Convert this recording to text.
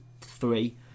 three